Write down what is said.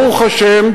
ברוך השם,